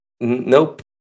Nope